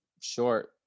short